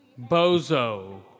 Bozo